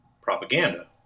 propaganda